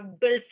built